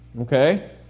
Okay